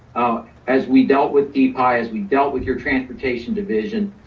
as we dealt with dpi, as we dealt with your transportation division,